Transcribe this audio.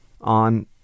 on